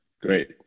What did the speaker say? Great